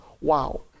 Wow